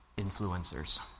influencers